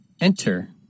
Enter